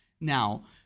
Now